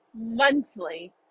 monthly